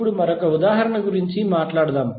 ఇప్పుడు మరొక ఉదాహరణ గురించి మాట్లాడుదాం